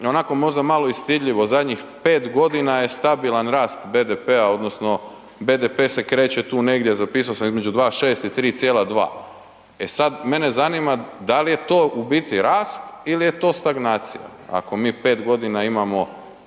onako možda malo i stidljivo, zadnjih 5.g. je stabilan rast BDP-a odnosno BDP se kreće tu negdje, zapiso sam, između 2,6 i 3,2 e sad mene zanima da li je to u biti rast il je to stagnacija, ako mi 5.g. imamo